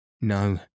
No